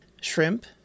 shrimp